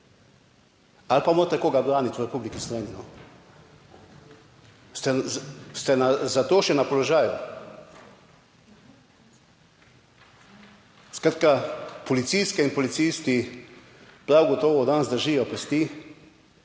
ali pa morate koga braniti v Republiki Sloveniji. Ste za to še na položaju? Skratka, policistke in policisti prav gotovo danes držijo pesti,